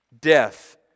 death